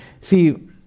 See